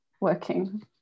working